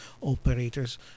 Operators